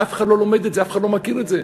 אף אחד לא לומד את זה, אף אחד לא מכיר את זה.